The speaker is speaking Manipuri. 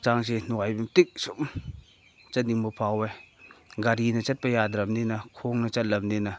ꯍꯛꯆꯥꯡꯁꯦ ꯅꯨꯡꯉꯥꯏꯕꯩ ꯃꯇꯤꯛ ꯁꯨꯝ ꯆꯠꯅꯤꯡꯕ ꯐꯥꯎꯋꯦ ꯒꯥꯔꯤꯅ ꯆꯠꯄ ꯌꯥꯗ꯭ꯔꯕꯅꯤꯅ ꯈꯣꯡꯅ ꯆꯠꯂꯕꯅꯤꯅ